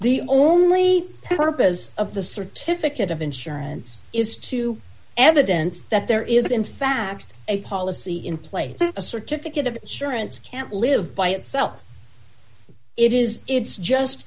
the only purpose of the certificate of insurance is to evidence that there is in fact a policy in place a certificate of insurance can't live by itself it is it's just